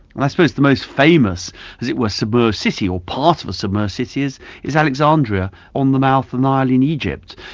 and i suppose the most famous as it were, submerged city, or part of a submerged city is is alexandria, on the mouth of the nile in egypt,